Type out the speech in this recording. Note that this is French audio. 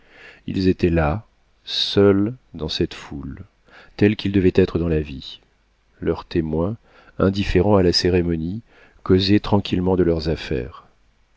ils étaient là seuls dans cette foule tels qu'ils devaient être dans la vie leurs témoins indifférents à la cérémonie causaient tranquillement de leurs affaires